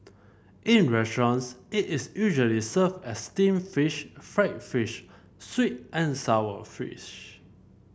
in restaurants it is usually served as steamed fish fried fish sweet and sour fish